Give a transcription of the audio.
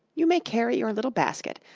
you may carry your little basket,